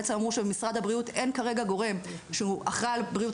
בעצם אמרו שבמשרד הבריאות אין כרגע גורם שהוא אחראי על בריאות